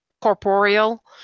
corporeal